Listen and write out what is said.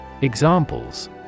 Examples